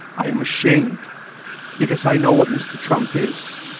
i am ashamed because i know what mr. trump is.